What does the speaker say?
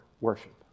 worship